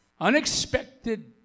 unexpected